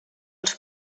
els